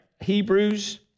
Hebrews